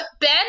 Ben